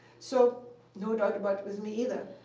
so no doubt about it with me either.